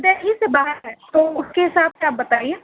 دہلی سے باہر ہے تو اس کے حساب سے آپ بتائیے